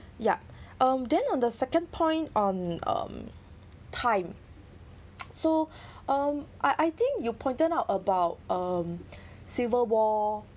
yup um then on the second point on um time so um I I think you pointed out about um civil war